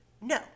No